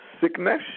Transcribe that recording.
sickness